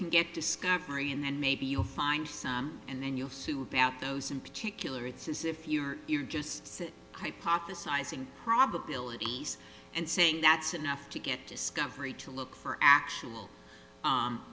can get discovery and then maybe you'll find some and then you'll see without those in particular it's as if you are just sit hypothesizing probabilities and saying that's enough to get discovery to look for actual